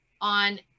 on